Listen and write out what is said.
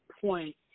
point